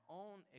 own